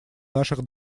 наших